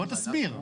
בוא תסביר.